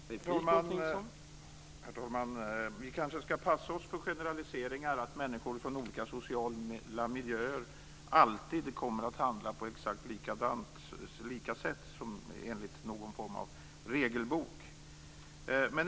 Herr talman! Vi kanske skall passa oss för generaliseringar, att människor från olika sociala miljöer alltid kommer att handla på exakt lika sätt, enligt någon form av regelbok.